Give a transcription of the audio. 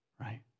right